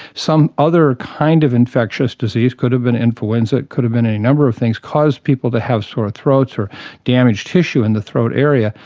some other kind of infectious disease, it could have been influenza, it could have been any number of things, caused people to have sore throats or damaged tissue in the throat area,